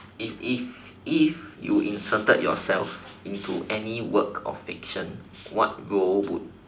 if if if you inserted yourself into any work of fiction what role would you